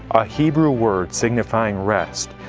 a hebrew word signifying rest.